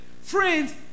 friends